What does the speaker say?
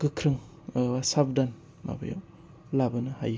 गोख्रों साबधान माबायाव लाबोनो हायो